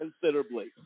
considerably